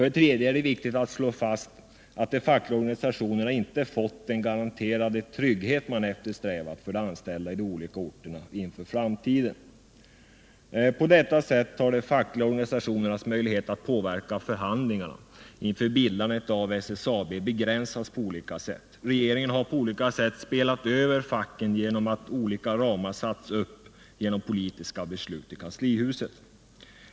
Det är också viktigt att slå fast att de fackliga organisationerna inte fått den garanterade trygghet som de eftersträvat för de anställda i de olika orterna inför framtiden. De fackliga organisationernas möjlighet att påverka förhandlingarna inför bildandet av SSAB har sålunda begränsats. Regeringen har på olika sätt spelat över facken genom olika ramar som satts upp efter politiska beslut i kanslihuset.